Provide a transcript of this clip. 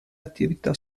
attività